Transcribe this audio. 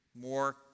more